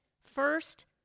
First